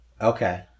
Okay